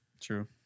true